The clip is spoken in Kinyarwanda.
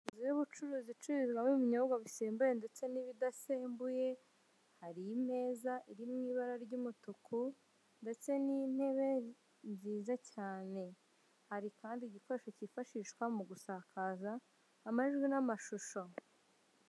Inzu y'ubucuruzi icururizwamo ibinyobwa bisembuye n'ibidasembuye hari imeza iri mu ibara ry'umutuku ndetse n'intebe nziza cyane. Hari kandi igikoresho kifashishwa mu gusakaza amajwi n'amashusho.